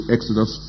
Exodus